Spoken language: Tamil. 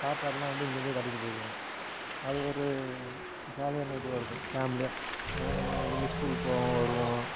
சாப்பாடெல்லாம் வந்து இங்கிருந்தே கட்டிகிட்டு போய்விடுவோம் அது ஒரு ஜாலியான இதுவாக இருக்கும் ஃபேம்லியாக ஏன்னால் இங்கிருந்தா ஸ்கூலுக்கு போவோம் வருவோம்